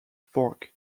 fork